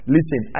Listen